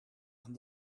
aan